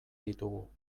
ditugu